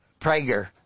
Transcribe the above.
Prager